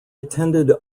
attended